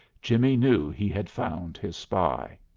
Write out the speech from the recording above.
jimmie knew he had found his spy.